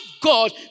God